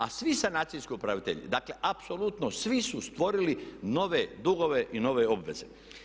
A svi sanacijski upravitelji, dakle apsolutno svi su stvorili nove dugove i nove obveze.